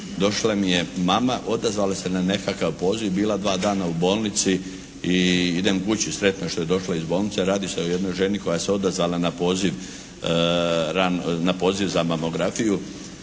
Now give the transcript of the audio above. došla mi je mama, odazvala se na nekakvi poziv, bila dva dana u bolnici i idem kući sretna što je došla iz bolnice. Radi se o jednoj ženi koja se odazvala na poziv za mamografiju.